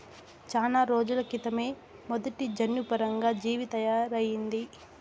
చానా రోజుల క్రితమే మొదటి జన్యుపరంగా జీవి తయారయింది